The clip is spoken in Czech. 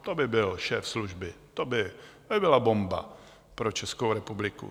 To by byl šéf služby, to by byla bomba pro Českou republiku!